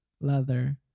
leather